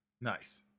Nice